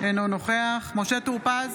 אינו נוכח משה טור פז,